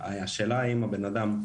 השאלה אם בן אדם,